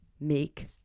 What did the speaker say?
Make